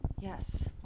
Yes